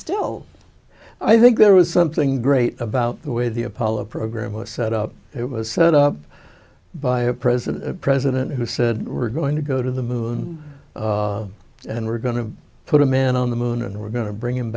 still i think there was something great about the way the apollo program was set up it was set up by a president a president who said we're going to go to the moon and we're going to put a man on the moon and we're going to bring him